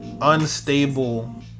unstable